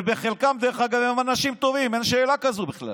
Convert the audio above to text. ובחלקם הם אנשים טובים, אין שאלה כזו בכלל.